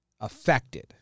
affected